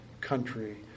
country